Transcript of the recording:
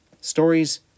stories